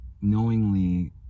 knowingly